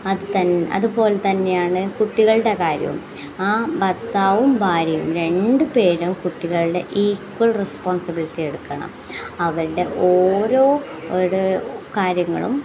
അത് അതുപോലെ തന്നെയാണ് കുട്ടികളുടെ കാര്യവും ആ ഭർത്താവും ഭാര്യയും രണ്ട് പേരും കുട്ടികളുടെ ഈക്വൽ റെസ്പോൺസിബിലിറ്റി എടുക്കണം അവരുടെ ഓരോ ഒരു കാര്യങ്ങളും